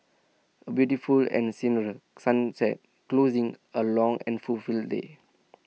A beautiful and senery sunset closing A long and full full day